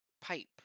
pipe